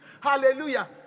Hallelujah